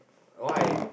why